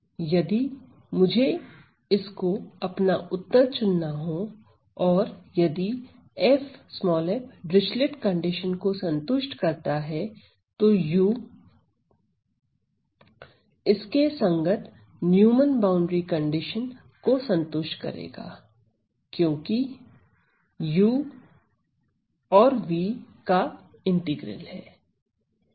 यदि मुझे इसको अपना उत्तर चुनना हो और यदि f डिरिचलिट कंडीशन को संतुष्ट करता है तो u इसके संगत न्यूमन बाउंड्री कंडीशन को संतुष्ट करेगा क्योंकि u v का इंटीग्रल है